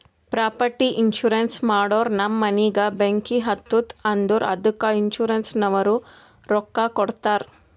property insurance ಮಾಡೂರ್ ನಮ್ ಮನಿಗ ಬೆಂಕಿ ಹತ್ತುತ್ತ್ ಅಂದುರ್ ಅದ್ದುಕ ಇನ್ಸೂರೆನ್ಸನವ್ರು ರೊಕ್ಕಾ ಕೊಡ್ತಾರ್